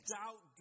doubt